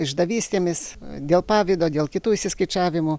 išdavystėmis dėl pavydo dėl kitų išsiskaičiavimų